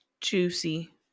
Juicy